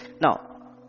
Now